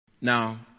Now